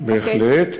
בהחלט.